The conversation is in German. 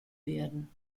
werden